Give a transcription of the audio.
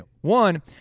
one